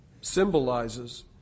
symbolizes